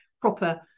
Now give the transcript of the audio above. proper